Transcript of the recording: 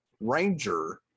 ranger